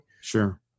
Sure